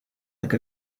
like